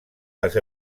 les